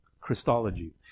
christology